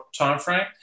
timeframe